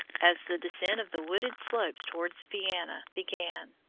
as the descent of the wooded slopes towards vienna began.